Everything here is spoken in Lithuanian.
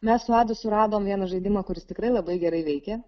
mes su adu suradom vieną žaidimą kuris tikrai labai gerai veikia